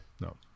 No